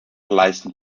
leisten